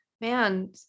man